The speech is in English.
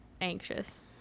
anxious